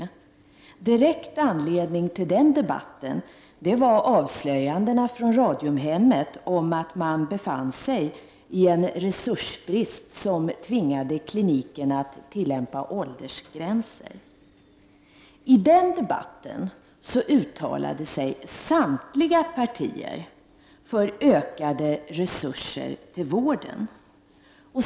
Den direkta anledningen till den debatten var avslöjanden från Radiumhemmet om en resursbrist som tvingade kliniken att tillämpa åldersgränser. I den debatten uttalade sig samtliga partier för ökade resurser till vården.